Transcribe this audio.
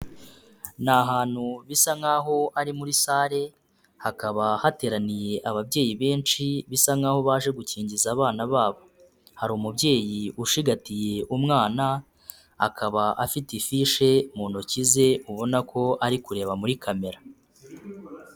Ni ahantu bisa nk'aho ari muri sale, hakaba hateraniye ababyeyi benshi bisa nk'aho baje gukingiza abana babo, hari umubyeyi ushigatiye umwana, akaba afite ifishi mu ntoki ze ubona ko ari kureba muri kamera.